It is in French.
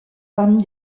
parmi